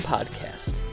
Podcast